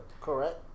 Correct